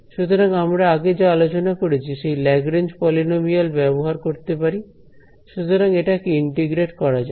সুতরাং আমরা আগে যা আলোচনা করেছি সেই ল্যাগরেঞ্জ পলিনোমিয়াল ব্যবহার করতে পারি সুতরাং এটাকে ইন্টিগ্রেট করা যাক